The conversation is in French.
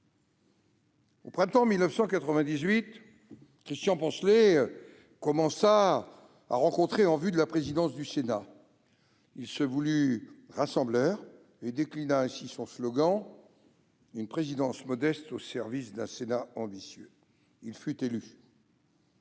Au printemps 1998, Christian Poncelet commença sa campagne en vue de la présidence du Sénat. Il se voulut rassembleur et déclina ainsi son slogan :« une présidence modeste au service d'un Sénat ambitieux ». Il fut élu.